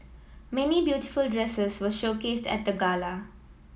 many beautiful dresses were showcased at the gala